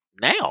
now